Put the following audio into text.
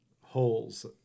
holes